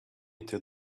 into